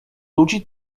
ludzi